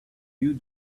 you